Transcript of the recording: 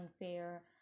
unfair